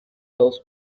those